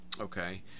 Okay